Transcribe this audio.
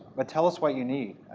but tell us what you need.